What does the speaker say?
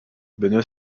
benoît